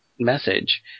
message